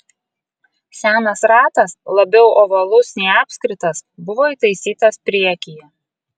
senas ratas labiau ovalus nei apskritas buvo įtaisytas priekyje